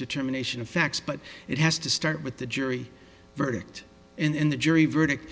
determination of facts but it has to start with the jury verdict and the jury verdict